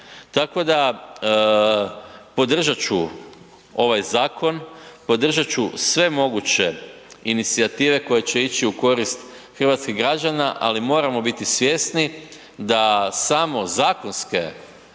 Tako da podržat ću ovaj zakon, podržat ću sve moguće inicijative koje će ići u korist hrvatskih građana, ali moramo biti svjesni da samo zakonske